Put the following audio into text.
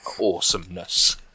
awesomeness